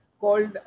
called